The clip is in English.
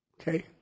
Okay